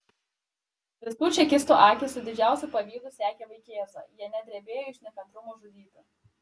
visų čekistų akys su didžiausiu pavydu sekė vaikėzą jie net drebėjo iš nekantrumo žudyti